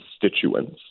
constituents